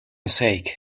sake